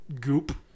goop